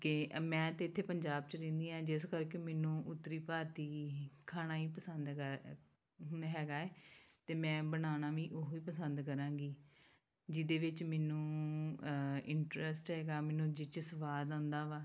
ਕਿ ਮੈਂ ਤਾਂ ਇੱਥੇ ਪੰਜਾਬ 'ਚ ਰਹਿੰਦੀ ਹਾਂ ਜਿਸ ਕਰਕੇ ਮੈਨੂੰ ਉੱਤਰੀ ਭਾਰਤੀ ਖਾਣਾ ਹੀ ਪਸੰਦ ਹੈਗਾ ਹੈਗਾ ਹੈ ਅਤੇ ਮੈਂ ਬਣਾਉਣਾ ਵੀ ਉਹੀ ਪਸੰਦ ਕਰਾਂਗੀ ਜਿਹਦੇ ਵਿੱਚ ਮੈਨੂੰ ਇੰਟਰਸਟ ਹੈਗਾ ਮੈਨੂੰ ਜਿਹ 'ਚ ਸਵਾਦ ਆਉਂਦਾ ਵਾ